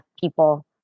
people